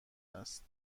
است